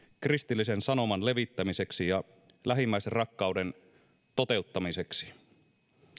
kristillisen sanoman levittämiseksi ja lähimmäisenrakkauden toteuttamiseksi